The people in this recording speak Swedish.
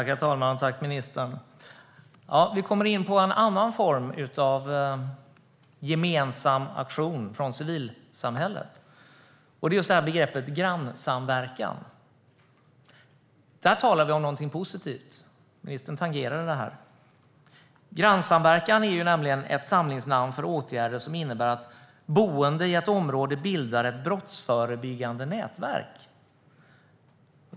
Herr talman! Tack, ministern! Vi kommer in på en annan form av gemensam aktion från civilsamhället. Det är just begreppet grannsamverkan. Där talar vi om någonting positivt. Ministern tangerade det. Grannsamverkan är ett samlingsnamn för åtgärder som innebär att boende i ett område bildar ett brottsförebyggande nätverk.